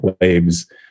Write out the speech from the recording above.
waves